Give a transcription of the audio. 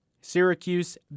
Syracuse